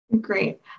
Great